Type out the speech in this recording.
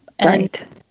Right